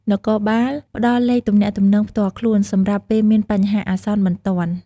នគរបាលផ្តល់លេខទំនាក់ទំនងផ្ទាល់ខ្លួន សម្រាប់ពេលមានបញ្ហាអាសន្នបន្ទាន់។